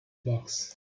box